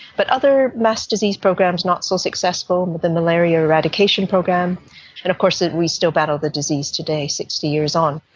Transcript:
but other mass disease programs not so successful, and the malaria eradication program, and of course ah we still battle the disease today sixty years on.